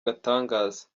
gatangaza